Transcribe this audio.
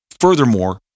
furthermore